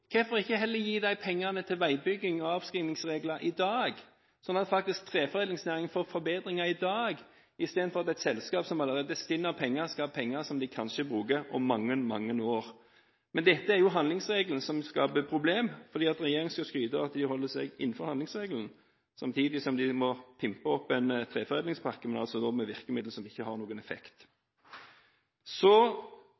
Hvorfor ikke heller gi de pengene til veibygging og avskrivingsregler i dag, sånn at treforedlingsnæringen får forbedringer i dag, istedenfor at et selskap som allerede er stint av penger, skal få penger som de kanskje bruker om mange, mange år? Det er handlingsregelen som skaper problemer, fordi regjeringen skal skryte av at de holder seg innenfor handlingsregelen samtidig som de må komme opp med en treforedlingspakke – men med virkemidler som ikke har noen effekt.